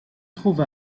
trouve